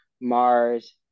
Mars